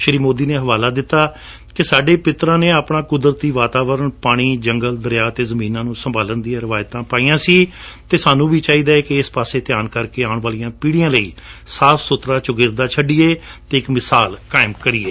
ਸ਼੍ਰੀ ਸੋਦੀ ਨੇ ਹਵਾਲਾ ਦਿੱਤਾ ਕਿ ਸਾਡੇ ਪਿਤਰਾਂ ਨੇ ਆਪਣਾ ਕੁਦਰਤੀ ਵਾਤਾਵਰਣ ਪਾਣੀ ਜੰਗਲ ਦਰਿਆ ਅਤੇ ਜਮੀਨ ਨੂੰ ਸੰਭਾਲਣ ਦੀਆਂ ਰਿਵਾਇਤਾਂ ਪਾਈਆਂ ਸੀ ਅਤੇ ਸਾਨੂੰ ਵੀ ਚਾਹੀਦੈ ਕਿ ਇਸ ਪਾਸੇ ਧਿਆਨ ਕਰਕੇ ਆਉਣ ਵਾਲੀਆਂ ਪੀੜ੍ਹੀਆਂ ਲਈ ਸਾਫ ਸੁਥਰਾ ਚੌਗਿਰਦਾ ਛੱਡੀਏ ਅਤੇ ਇਕ ਮਿਸਾਲ ਕਾਇਮ ਕਰੀਏ